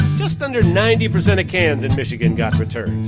just under ninety percent of cans in michigan got returned.